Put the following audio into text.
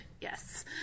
Yes